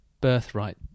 birthright